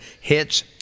hits